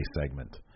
segment